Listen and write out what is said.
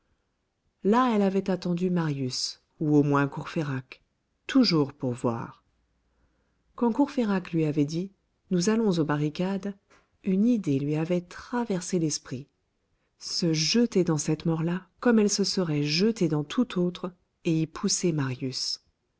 là elle avait attendu marius ou au moins courfeyrac toujours pour voir quand courfeyrac lui avait dit nous allons aux barricades une idée lui avait traversé l'esprit se jeter dans cette mort là comme elle se serait jetée dans toute autre et y pousser marius